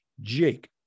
Jake